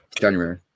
January